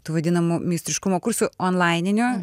tų vadinamų meistriškumo kursų onlaininių